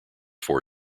four